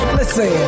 Listen